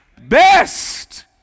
best